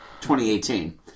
2018